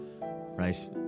Right